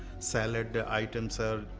salad ah items, are, ah,